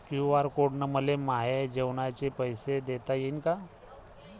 QR code न मले माये जेवाचे पैसे देता येईन का?